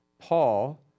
Paul